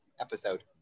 episode